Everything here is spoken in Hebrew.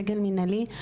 סגל מינהלי,